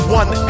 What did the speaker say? one